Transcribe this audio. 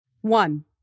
One